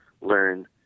learn